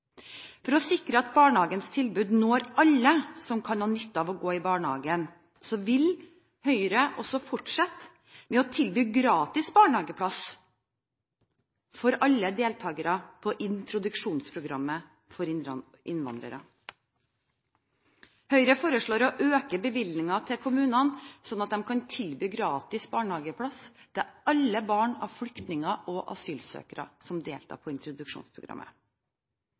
For å sikre at barnehagens tilbud når alle som kan ha nytte av å gå i barnehage, vil Høyre også fortsette med å tilby gratis barnehageplass til alle deltakere på introduksjonsprogrammet for innvandrere. Høyre foreslår å øke bevilgningene til kommunene slik at de kan tilby gratis barnehageplass til alle barn av flyktninger og asylsøkere som deltar på introduksjonsprogrammet.